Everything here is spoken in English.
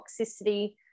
toxicity